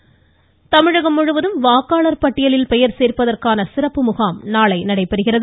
வாக்காளர் சிறப்பு முகாம் தமிழகம் முழுவதும் வாக்காளர் பட்டியலில் பெயர் சேர்ப்பதற்கான சிறப்பு முகாம் நாளை நடைபெறுகிறது